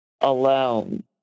alone